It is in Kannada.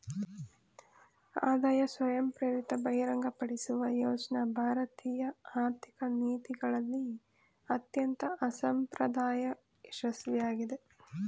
ಆದಾಯ ಸ್ವಯಂಪ್ರೇರಿತ ಬಹಿರಂಗಪಡಿಸುವ ಯೋಜ್ನ ಭಾರತೀಯ ಆರ್ಥಿಕ ನೀತಿಗಳಲ್ಲಿ ಅತ್ಯಂತ ಅಸಂಪ್ರದಾಯ ಯಶಸ್ವಿಯಾಗಿದೆ